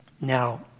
Now